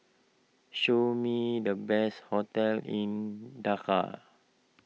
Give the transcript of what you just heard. show me the best hotels in Dhaka